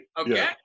Okay